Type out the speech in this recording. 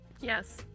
Yes